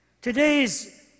today's